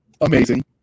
amazing